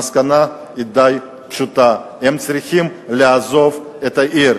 המסקנה היא די פשוטה: הן צריכות לעזוב את העיר,